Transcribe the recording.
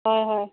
অঁ